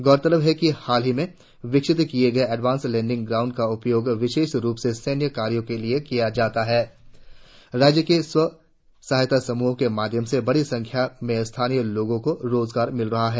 गौरतलब है कि हाल ही में विकसित किए गए एडवांस लैंडिंग ग्राउंड का उपयोग विशेस रुप से सैन्य कार्यों के लिए किया जाता है राज्य के स्व सहायता समूहो के माध्यम से बड़ी संख्या में स्थानीय लोगों को रोजगार मिल रहा है